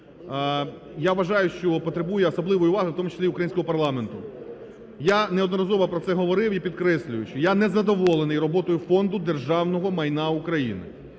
я вважаю, що потребує особливої уваги у тому числі українського парламенту. Я неодноразово про це говорив і підкреслюю, що я не задоволений роботою Фонду державного майна України.